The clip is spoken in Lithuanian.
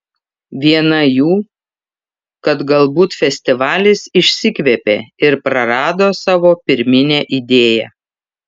viena jų kad galbūt festivalis išsikvėpė ir prarado savo pirminę idėją